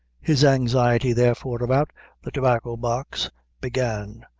his anxiety therefore, about the tobacco-box began,